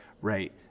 right